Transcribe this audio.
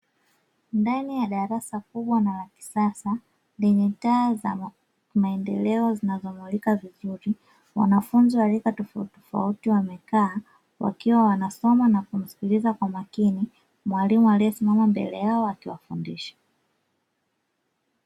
Ndani ya darasa kubwa na la kisasa lenye taa za maendeleo zinazomulika vizuri wanafunzi wa rika tofauti tofauti wamekaa wakiwa wanasoma na kumsikiliza kwa makini mwalimu aliesimama mbele yao akiwafundisha.